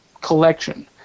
collection